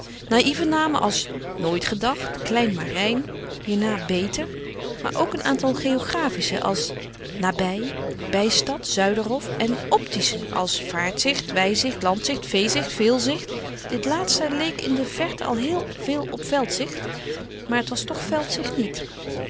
naïeve namen als nooit gedacht klein maar rein hierna beter maar ook een aantal geographische als nabij bijstad zuiderhof en optische als vaartzicht weizicht landzicht veezicht veelzicht dit laatste leek in de verte al heel veel op veldzicht maar het was toch veldzicht niet